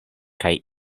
kaj